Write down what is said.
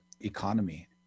economy